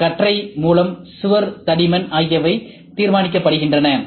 கற்றை மூலம் சுவர் தடிமன் ஆகியவை தீர்மானிக்கப்படுகின்றன